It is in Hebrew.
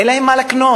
אין להם מה לקנות.